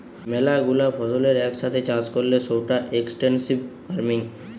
ম্যালা গুলা ফসলের এক সাথে চাষ করলে সৌটা এক্সটেন্সিভ ফার্মিং